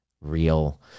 real